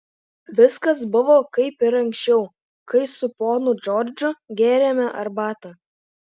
viskas buvo kaip ir anksčiau kai su ponu džordžu gėrėme arbatą